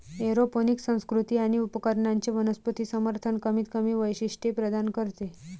aeroponic संस्कृती आणि उपकरणांचे वनस्पती समर्थन कमीतकमी वैशिष्ट्ये प्रदान करते